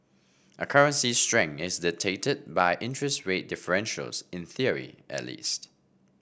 a currency's strength is dictated by interest rate differentials in theory at least